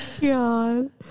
God